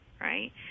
right